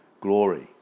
glory